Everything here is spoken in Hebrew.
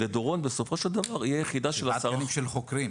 לדורון בסופו של דבר תהיה יחידה של 10 -- תקנים של חוקרים,